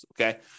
okay